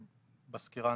בסקירה,